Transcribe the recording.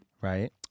right